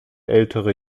ältere